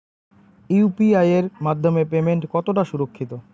UPI এর মাধ্যমে payment কতটা সুরক্ষিত?